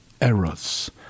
Eros